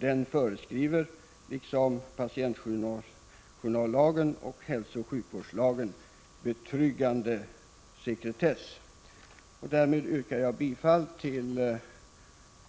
Den föreskriver, liksom patienjournallagen och hälsooch sjukvårdslagen, betryggande sekretess. Därmed yrkar jag bifall till